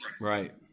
Right